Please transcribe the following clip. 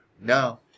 No